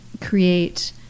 create